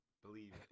believe